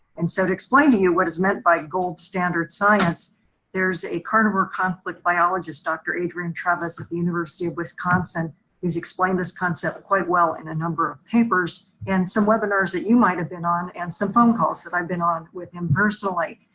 and so to explain to you what is meant by gold standard science there's a carnivore conflict biologists dr. adrian travis at the university of wisconsin who has explained this concept quite well in a number of papers and some webinars that you might have been on and some phone calls that i've been on with him personally.